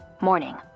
Morning